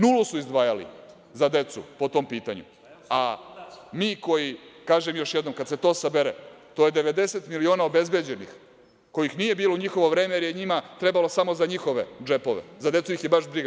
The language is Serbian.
Nulu su izdvajali za decu po tom pitanju, a mi koji, kažem još jednom, kada se to sabere to je 90 miliona obezbeđenih kojih nije bilo u njihovo vreme, jer je njima trebalo samo za njihove džepove, za decu ih je bilo baš briga.